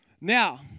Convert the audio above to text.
Now